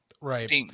Right